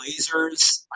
lasers